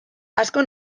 asko